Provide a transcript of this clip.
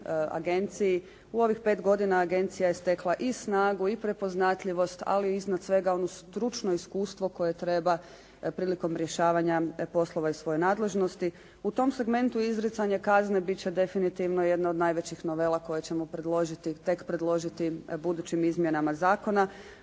U ovih 5 godina agencija je stekla i snagu i prepoznatljivost, ali iznad svega ono stručno iskustvo koje treba prilikom rješavanja poslova iz svoje nadležnosti. U tom segmentu izricanje kazne biti će definitivno jedno od najvećih novela koje ćemo tek predložiti budućim izmjenama zakona.